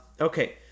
Okay